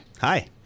Hi